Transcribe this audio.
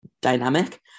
dynamic